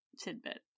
tidbit